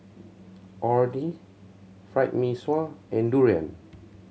Orh Nee Fried Mee Sua and durian